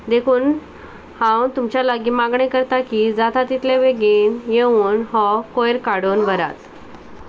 देखून हांव तुमच्या लागीं मागणें करता की जाता तितलें बेगीन येवन हो कोयर काडून व्हरात